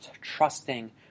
trusting